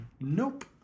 Nope